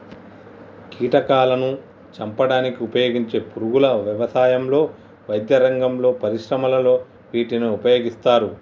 కీటకాలాను చంపడానికి ఉపయోగించే పురుగుల వ్యవసాయంలో, వైద్యరంగంలో, పరిశ్రమలలో వీటిని ఉపయోగిస్తారు